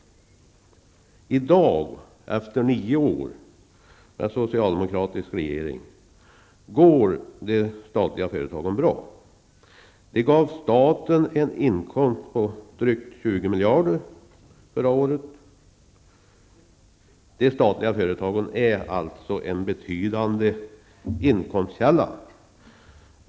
I dag, efter nio år med socialdemokratisk regering, går de statliga företagen bra. De gav staten en inkomst på drygt 20 miljarder kronor förra året. De statliga företagen är alltså en betydande inkomstkälla.